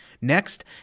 Next